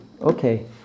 Okay